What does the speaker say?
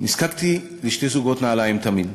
נזקקתי לשני זוגות נעליים תמיד: